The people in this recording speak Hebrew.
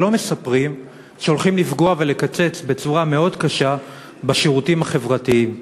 אבל לא מספרים שהולכים לפגוע ולקצץ בצורה מאוד קשה בשירותים החברתיים.